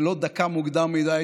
ולא דקה מוקדם מדי,